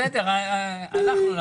בסדר, אנחנו נחליט.